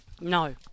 No